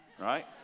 Right